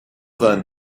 then